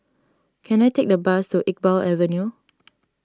can I take a bus to Iqbal Avenue